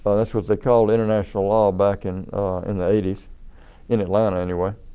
that's what they called international law back in in the eighty s in atlanta anyway.